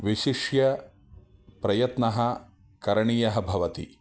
विशिष्य प्रयत्नः करणीयः भवति